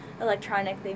electronic